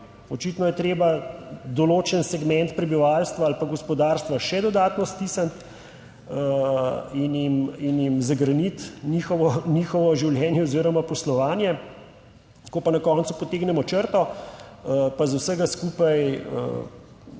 Očitno je treba določen segment prebivalstva ali pa gospodarstva še dodatno stisniti in jim zagreniti njihovo, njihovo življenje oziroma poslovanje, ko pa na koncu potegnemo črto, pa iz vsega skupaj